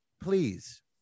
Please